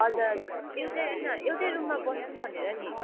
हजुर हजुर एउटै होइन एउटै रूममा बसौँ भनेर नि